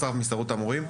מהסתדרות המורים,